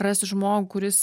rasi žmogų kuris